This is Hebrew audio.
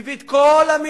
הוא הביא את כל המינהל,